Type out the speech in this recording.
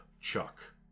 Chuck